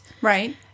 Right